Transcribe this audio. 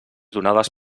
donades